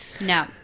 no